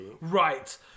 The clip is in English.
right